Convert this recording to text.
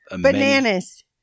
Bananas